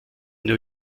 new